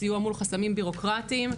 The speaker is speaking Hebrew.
סיוע מול חסמים בירוקרטים,